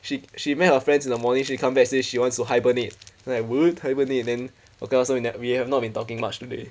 she she met her friends in the modules you can't say she wants to hibernate like wood timely and then of course that we have not been talking much today